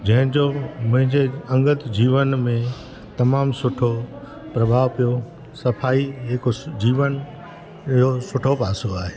जंहिंजो मुंहिंजे अंगत जीवन में तमामु सुठो प्रभाव पियो सफ़ाई हिकु जीवन जो सुठो पासो आहे